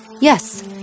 Yes